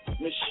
Miss